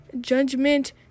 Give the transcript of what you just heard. judgment